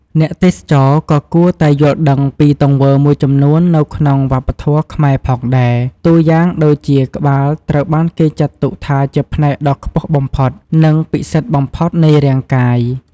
អ្នកទេសចរក៏គួរតែយល់ដឹងពីទង្វើមួយចំនួននៅក្នុងវប្បធម៌ខ្មែរផងដែរ តួយ៉ាងដូចជាក្បាលត្រូវបានគេចាត់ទុកថាជាផ្នែកដ៏ខ្ពស់បំផុត និងពិសិដ្ឋបំផុតនៃរាងកាយ។